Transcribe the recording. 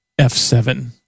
F7